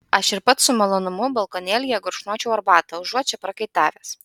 aš ir pats su malonumu balkonėlyje gurkšnočiau arbatą užuot čia prakaitavęs